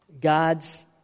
God's